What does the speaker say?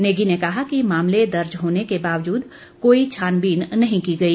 नेगी ने कहा कि मामले दर्ज होने के बावजूद कोई छानबीन नहीं की गई